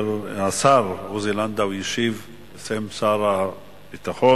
השר עוזי לנדאו ישיב בשם שר הביטחון.